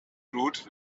blut